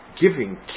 giving